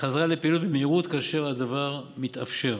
ולחזור לפעילות במהירות כאשר הדבר מתאפשר.